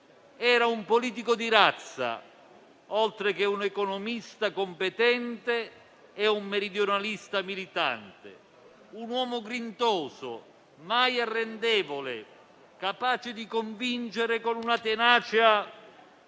era un politico di razza, oltre che un economista competente e un meridionalista militante; un uomo grintoso, mai arrendevole, capace di convincere con una tenacia